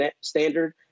standard